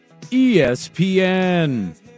ESPN